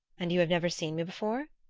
and you have never seen me before?